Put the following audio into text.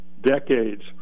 decades